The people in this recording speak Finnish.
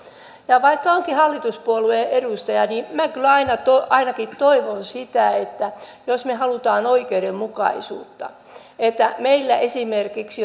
vaikka olenkin hallituspuolueen edustaja minä kyllä ainakin toivon sitä että jos me haluamme oikeudenmukaisuutta niin meillä esimerkiksi